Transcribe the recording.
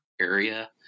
area